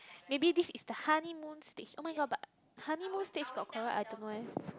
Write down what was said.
maybe this is the honeymoon stage oh-my-god but honeymoon stage got quarrel I don't know eh